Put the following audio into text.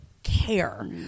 care